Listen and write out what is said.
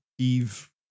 Eve